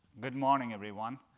good morning, everyone.